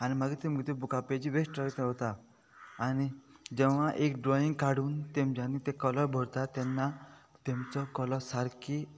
आनी मागीर तेमी बुकांपेजी वेस्ट जाता आनी जेवणा एक ड्रॉईंग काडून तेमच्यानी ते कलर भरता तेन्ना तेमचो कलर सारकी